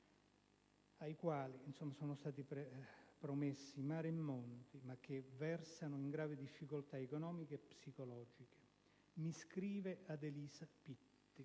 ai quali sono stati promessi mari e monti, ma che invece versano in gravi difficoltà economiche e psicologiche. Mi scrive Adelisa Pitti: